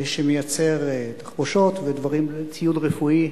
שמייצר תחבושות וציוד רפואי